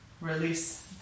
Release